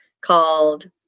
called